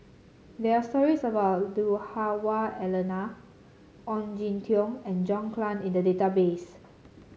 there are stories about Lui Hah Wah Elena Ong Jin Teong and John Clang in the database